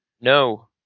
No